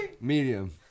Medium